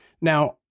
now